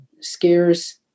scares